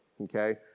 okay